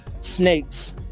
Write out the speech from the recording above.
snakes